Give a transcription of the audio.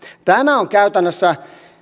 tämä on käytännössä